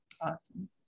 Awesome